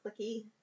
clicky